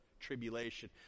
tribulation